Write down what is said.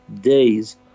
days